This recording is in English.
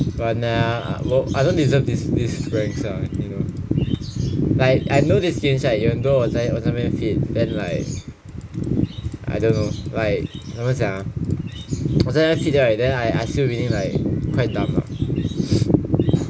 but nah 我 I don't deserve this this ranks lah you know like I know this game right 有很多我在我在那边 feed then like I don't know like 怎么讲 ah 我在那边 feed right then like I still winning like quite dumb ah